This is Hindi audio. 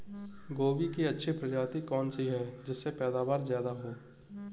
गोभी की अच्छी प्रजाति कौन सी है जिससे पैदावार ज्यादा हो?